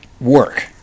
work